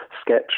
sketch